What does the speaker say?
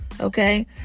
okay